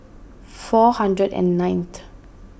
four hundred and ninth